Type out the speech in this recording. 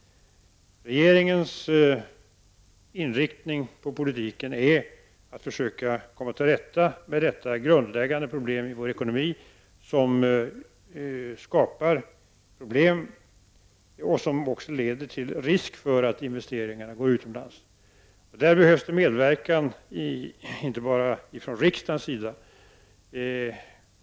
Den politik regeringen för inriktas på att försöka komma till rätta med detta grundläggande problem i vår ekonomi som också leder till risk för att investeringar hamnar utomlands. Här behövs det medverkan inte bara från riksdagens sida.